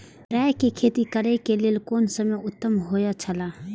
राय के खेती करे के लेल कोन समय उत्तम हुए छला?